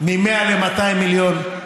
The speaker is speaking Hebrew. מ-100 ל-200 מיליון.